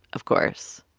of course,